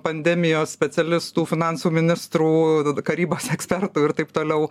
pandemijos specialistų finansų ministrų karybos ekspertų ir taip toliau